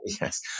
Yes